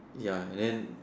ya and then